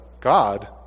God